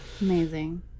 amazing